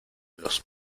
los